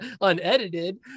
unedited